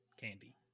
candy